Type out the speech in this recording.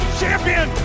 champion